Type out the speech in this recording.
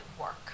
work